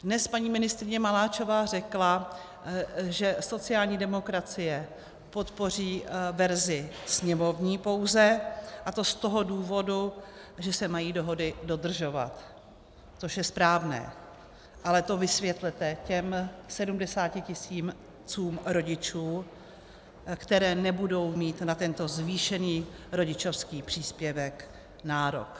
Dnes paní ministryně Maláčová řekla, že sociální demokracie podpoří pouze verzi sněmovní, a to z toho důvodu, že se mají dohody dodržovat, což je správné, ale to vysvětlete těm 70 tisícům rodičů, kteří nebudou mít na tento zvýšený rodičovský příspěvek nárok.